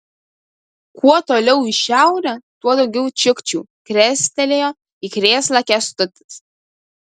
kuo toliau į šiaurę tuo daugiau čiukčių krestelėjo į krėslą kęstutis